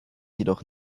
jedoch